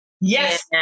Yes